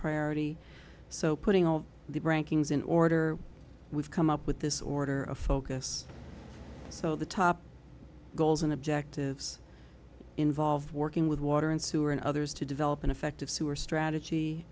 priority so putting all the rankings in order we've come up with this order of focus so the top goals and objectives involve working with water and sewer and others to develop an effective sewer strategy